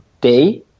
day